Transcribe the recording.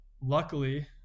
Luckily